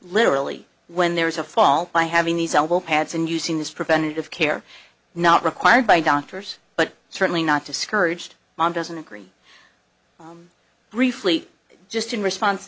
literally when there is a fault by having these elbow pads and using this preventive care not required by doctors but certainly not discouraged mom doesn't agree briefly just in response